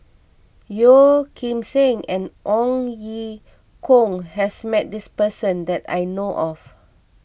Yeo Kim Seng and Ong Ye Kung has met this person that I know of